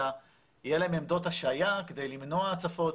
אלא יהיה להם עמדות השהייה כדי למנוע הצפות.